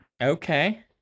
Okay